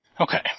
Okay